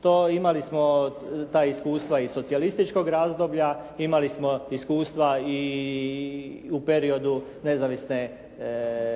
To, imali smo ta iskustava iz socijalističkog razdoblja, imali smo iskustva i u periodu nezavisne države,